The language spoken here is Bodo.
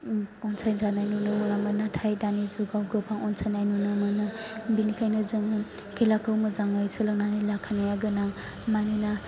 अनसायजानाय नुनो मोनामोन नाथाय दानि जुगाव गोबां अनसायनाय नुुनो मोनो बेनिखायनो जों खेलाखौ मोजाङै सोलोंनानै लाखानाया गोनां मानोना